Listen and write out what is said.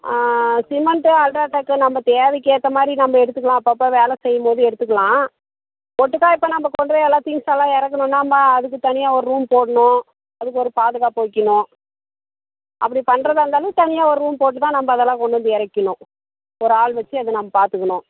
சிமெண்ட்டும் அல்ட்ராடெக்கு நம்ம தேவைக்கு ஏற்ற மாதிரி நம்ம எடுத்துக்கலாம் அப்பப்போ வேலை செய்யும்போது எடுத்துக்கலாம் ஒட்டுக்கா எடுத்தால் நமக்கு வந்து எல்லா திங்க்ஸெல்லாம் இறக்கணும்னா நம்ம அதுக்கு தனியாக ஒரு ரூம் போடணும் அதுக்கு ஒரு பாதுகாப்பு வைக்கணும் அப்படி பண்ணுறதா இருந்தாலும் தனியாக ஒரு ரூம் போட்டுதான் நம்ம அதல்லாம் கொண்டு வந்து இறக்கிக்கிணும் ஒரு ஆள் வெச்சி அது நம்ம பார்த்துக்கணும்